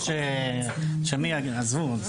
חצי פסיכיאטר שיעמוד אחרי הקו,